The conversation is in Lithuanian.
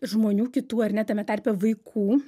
žmonių kitų ar ne tame tarpe vaikų